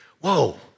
whoa